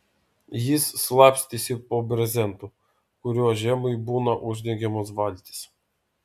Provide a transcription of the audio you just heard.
jis slapstėsi po brezentu kuriuo žiemai būna uždengiamos valtys